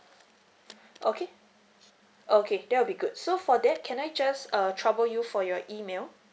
okay okay that will be good so for that can I just err trouble you for your email